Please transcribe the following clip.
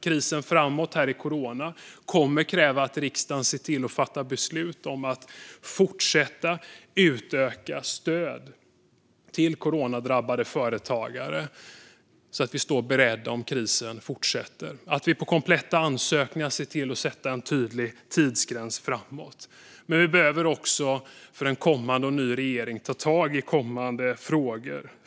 Det kommer att krävas att riksdagen fattar beslut om att fortsätta utöka stöden till krisdrabbade företagare så att vi står beredda om coronakrisen fortsätter och att vi sätter en tydlig tidsgräns för kompletta ansökningar. En regering behöver ta tag i fler kommande frågor.